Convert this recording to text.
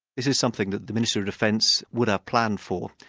this is something that the minister of defence would have planned for,